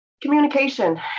Communication